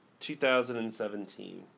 2017